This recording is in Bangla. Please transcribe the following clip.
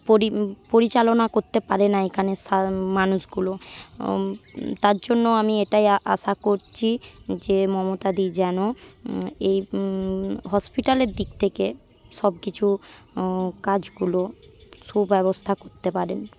পরিচালনা করতে পারে না এখানের মানুষগুলো তার জন্য আমি এটাই আশা করছি যে মমতাদি যেন এই হসপিটালের দিক থেকে সবকিছু কাজগুলো সুব্যবস্থা করতে পারেন